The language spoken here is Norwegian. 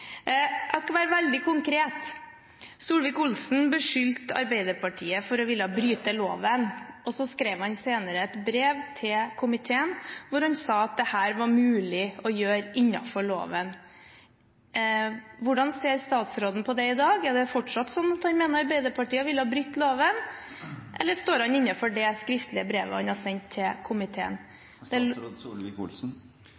Jeg skal være veldig konkret. Solvik-Olsen beskyldte Arbeiderpartiet for å ville bryte loven, og så skrev han senere et brev til komiteen hvor han sa at dette var mulig å gjøre innenfor loven. Hvordan ser statsråden på det i dag? Er det fortsatt sånn at han mener Arbeiderpartiet ville ha brutt loven? Eller står han inne for det skriftlige brevet han har sendt til